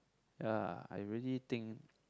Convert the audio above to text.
ya I really think